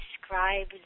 describe